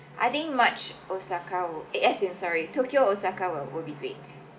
I think march osaka wo~ eh as in sorry tokyo osaka will will be great